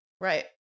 Right